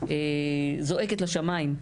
זועקת לשמיים.